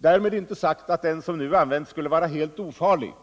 — Därmed inte sagt att det nu använda preparatet skulle vara helt ofarligt.